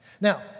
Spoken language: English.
Now